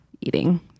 eating